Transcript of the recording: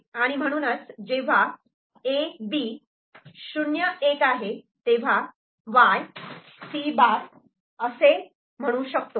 आणि म्हणूनच जेव्हा A B 0 1 आहे तेव्हा Y C' असे म्हणू शकतो